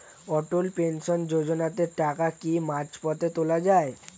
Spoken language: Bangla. অটল পেনশন যোজনাতে টাকা কি মাঝপথে তোলা যায়?